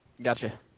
Gotcha